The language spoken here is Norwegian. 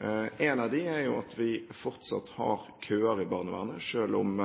av dem er jo at vi fortsatt har køer i barnevernet. Selv om